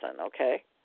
okay